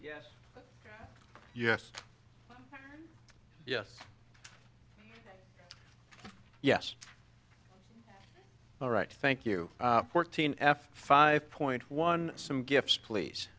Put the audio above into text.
yes yes yes yes all right thank you fourteen f five point one some gifts please